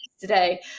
today